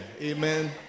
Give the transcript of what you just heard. Amen